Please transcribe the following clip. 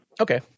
okay